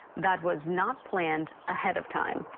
that was not planned ahead of time.